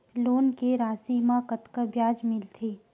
Loan के राशि मा कतका ब्याज मिलथे?